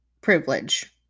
privilege